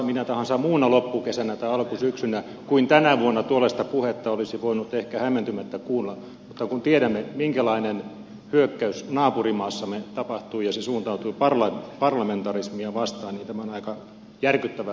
minä tahansa muuna loppukesänä tai alkusyksynä kuin tänä vuonna tuollaista puhetta olisi voinut ehkä hämmentymättä kuunnella mutta kun tiedämme minkälainen hyökkäys naapurimaassamme tapahtui ja suuntautui parlamentarismia vastaan niin tämä on aika järkyttävää puhetta täällä